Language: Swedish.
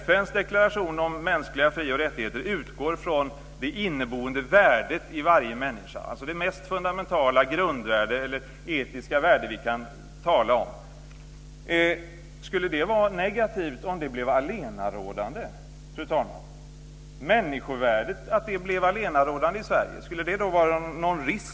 FN:s deklaration om mänskliga fri och rättigheter utgår från det inneboende värdet i varje människa, alltså det mest fundamentala etiska värde vi kan tala om. Skulle det vara negativt om det blev allenarådande, fru talman? Skulle det finnas en risk i att människovärdet blev allenarådande i Sverige?